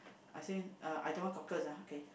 I say uh I don't want cockles ah okay